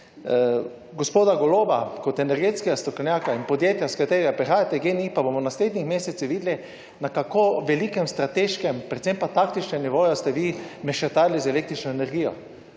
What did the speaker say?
gospoda Goloba kot energetskega strokovnjaka in podjetja iz katerega prihajate GEN-I, pa bomo v naslednjih mesecih videli, na kako velikem strateškem, predvsem pa taktičnem nivoju ste vi mešetarili z električno energijo.